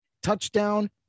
touchdown